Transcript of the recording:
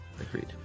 Agreed